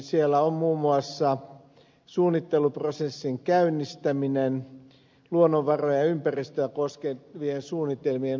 siellä on muun muassa suunnitteluprosessin käynnistäminen luonnonvarojen ja ympäristöä koskevien suunnitelmien osalta